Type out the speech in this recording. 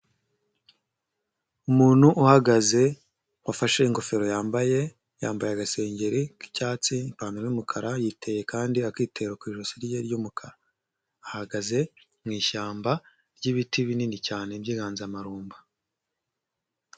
Umuntu uhagaze wafashe ingofero yambaye, yambaye agasengengeri k'icyatsi, ipantaro y'umukara, yiteye kandi akitero ku ijosi rye ry'ukara, ahagaze mu ishyamba ry'ibiti binini cyane by'inganzamarumbo.